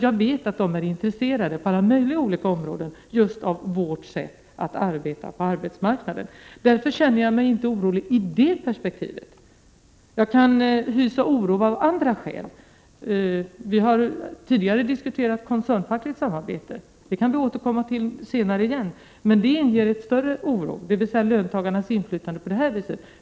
Jag vet att de är intresserade av just den svenska arbetsmarknadens sätt att fungera. Därför känner jag mig inte orolig i det perspektivet. Jag kan hysa oro av andra skäl. Vi har tidigare diskuterat koncernfackligt samarbete — som vi kan återkomma till senare — och det inger större oro i fråga om löntagarnas inflytande.